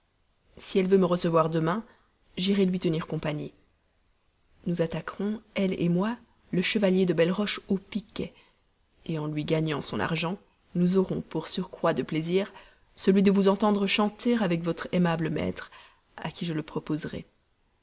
si elle veut me recevoir demain j'irai lui tenir compagnie nous attaquerons elle moi le chevalier de belleroche au piquet en lui gagnant son argent nous aurons pour surcroît de plaisir celui de vous entendre chanter avec votre aimable maître à qui je le proposerai